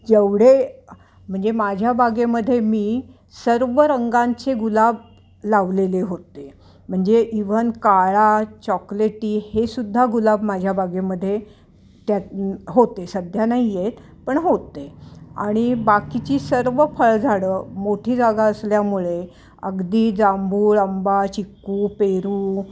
जेवढे म्हणजे माझ्या बागेमध्ये मी सर्व रंगांचे गुलाब लावलेले होते म्हणजे इव्हन काळा चॉकलेटी हे सुद्धा गुलाब माझ्या बागेमध्ये त्यात होते सध्या नाही आहेत पण होते आणि बाकीची सर्व फळझाडं मोठी जागा असल्यामुळे अगदी जांभूळ आंबा चिक्कू पेरू